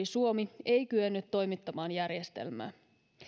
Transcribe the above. suomi ei kyennyt toimittamaan järjestelmää